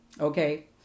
Okay